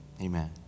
amen